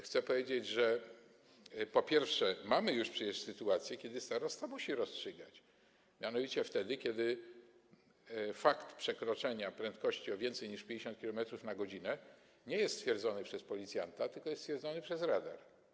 Chcę powiedzieć, po pierwsze, że mamy już przecież sytuacje, kiedy starosta musi rozstrzygać, mianowicie wtedy, kiedy fakt przekroczenia prędkości o więcej niż 50 km/h nie jest stwierdzony przez policjanta, tylko jest stwierdzony przez radar.